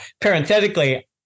parenthetically